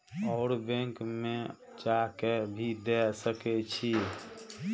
और बैंक में जा के भी दे सके छी?